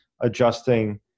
adjusting